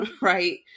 right